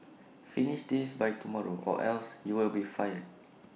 finish this by tomorrow or else you'll be fired